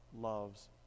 loves